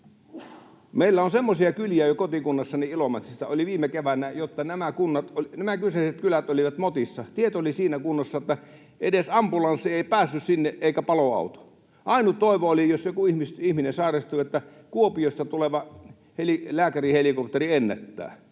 Meillä oli jo semmoisia kyliä kotikunnassani Ilomantsissa viime keväänä, että nämä kyseiset kylät olivat motissa. Tiet olivat siinä kunnossa, että edes ambulanssi tai paloauto ei päässyt sinne. Jos joku ihminen sairastui, niin ainut toivo oli, että Kuopiosta tuleva lääkärihelikopteri ennättää.